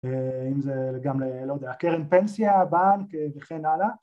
אם זה גם, לא יודע, קרן פנסיה, בנק וכן הלאה